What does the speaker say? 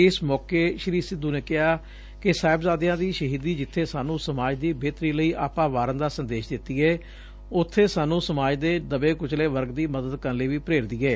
ਇਸ ਮੋਕੇ ਸੀ ਸਿੱਧੁ ਨੇ ਕਿਹਾ ਕਿ ਸਾਹਿਬਜ਼ਾਦਿਆਂ ਦੀ ਸ਼ਹੀਦੀ ਜਿੱਥੇ ਸਾਨੰ ਸਮਾਜ ਦੀ ਬਿਹਤਰੀ ਲਈ ਆਪਾ ਵਾਰਨ ਦਾ ਸੰਦੇਸ਼ ਦੰਦੀ ਏ ਉਥੇ ਸਾਨੰ ਸਮਾਜ ਦੇ ਦਬੇ ਕੁਚਲੇ ਵਰਗ ਦੀ ਮਦਦ ਕਰਨ ਲਈ ਵੀ ਪ੍ਰੇਰਦੀ ਏ